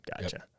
gotcha